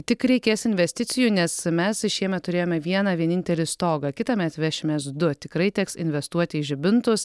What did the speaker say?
tik reikės investicijų nes mes šiemet turėjome vieną vienintelį stogą kitąmet vešimės du tikrai teks investuoti į žibintus